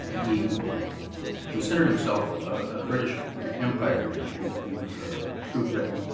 he considered himself a british empire man. he he was ah a true briton.